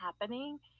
happening